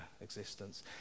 existence